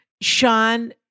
Sean